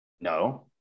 No